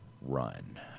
run